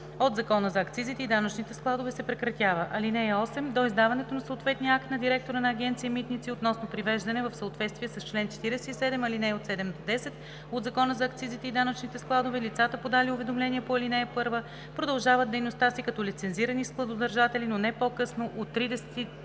от Закона за акцизите и данъчните складове, се прекратява. (8) До издаването на съответния акт на директора на Агенция „Митници“ относно привеждане в съответствие е чл. 47, ал. 7 – 10 от Закона за акцизите и данъчните складове лицата, подали уведомление по ал. 1, продължават дейността си като лицензирани складодържатели, но не по-късно от 30